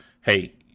hey